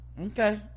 okay